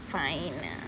fine